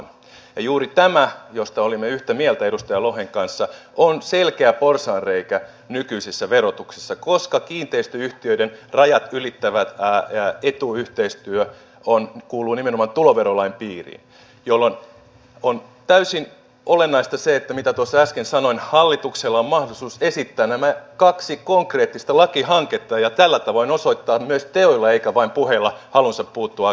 ja juuri tämä mistä olimme yhtä mieltä edustaja lohen kanssa on selkeä porsaanreikä nykyisissä verotuksissa koska kiinteistöyhtiöiden rajat ylittävä etuyhteistyö kuuluu nimenomaan tuloverolain piiriin jolloin on täysin olennaista se mitä tuossa äsken sanoin että hallituksella on mahdollisuus esittää nämä kaksi konkreettista lakihanketta ja tällä tavoin osoittaa myös teoilla eikä vain puheilla halunsa puuttua aggressiiviseen verosuunnitteluun